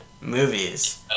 movies